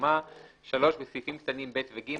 בתחומה"; (3)בסעיפים קטנים (ב) ו־(ג),